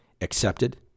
accepted